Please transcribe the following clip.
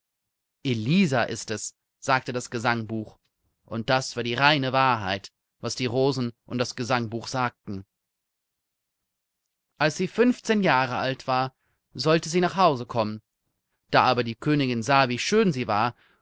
elisa ist es sagte das gesangbuch und das war die reine wahrheit was die rosen und das gesangbuch sagten als sie fünfzehn jahre alt war sollte sie nach hause kommen da aber die königin sah wie schön sie war